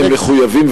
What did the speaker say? הם מחויבים,